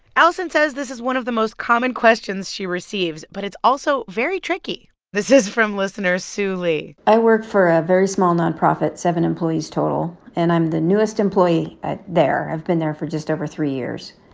alison says this is one of the most common questions she receives, but it's also very tricky. this is from listener sue lee i work for a very small nonprofit, seven employees total. and i'm the newest employee there. i've been there for just over three years.